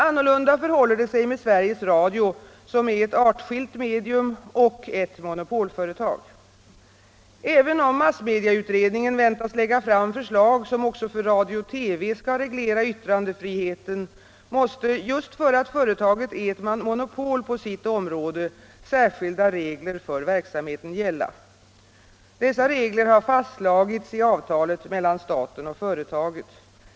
Annorlunda förhåller det sig med Sveriges Radio, som är ett artskilt medium och ett monopolföretag. Även om massmedieutredningen väntas lägga fram förslag som också för radio-TV skall reglera yttrandefriheten måste, just för att företaget är ett monopol på sitt område, särskilda regler för verksamheten gälla. Dessa regler har fastslagits i avtalet mellan staten och företaget.